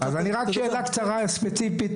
אז רק שאלה ספציפית,